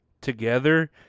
together